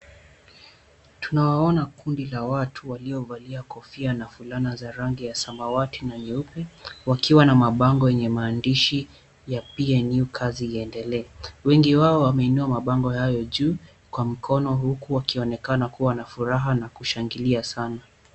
Tunawaona kundi la watu waliovalia kofia na fulana za rangi ya samawati na nyeupe wakiwa na mabango yenye maandishi ya PNU kazi iendelee. Wengi wao wameinua mabango hayo juu kwa mkono huku wakionekana kuwa na furaha na kushangilia sana.